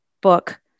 book